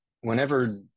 whenever